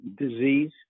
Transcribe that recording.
disease